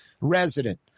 resident